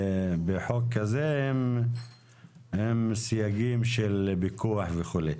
בחוק הזה עם סייגים של ויכוח וכו'.